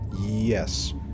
Yes